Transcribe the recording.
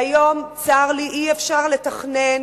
היום, צר לי, אי-אפשר לתכנן